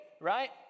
right